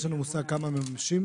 יש לנו מושג כמה מממשים?